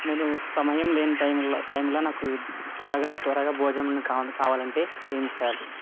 నేను సమయం లేని టైంల టైంల నాకు త్వరగా త్వరగా భోజనం కావాలంటే ఏం చేయాలి